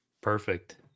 Perfect